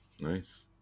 Nice